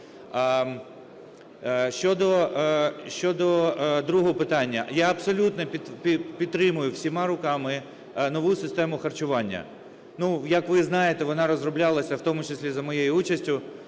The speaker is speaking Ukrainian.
Щодо другого питання. Я абсолютно підтримую всіма руками нову систему харчування. Як ви знаєте, вона розроблялася в тому числі за моєю участю,